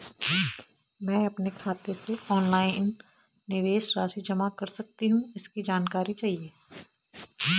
मैं अपने खाते से ऑनलाइन निवेश राशि जमा कर सकती हूँ इसकी जानकारी चाहिए?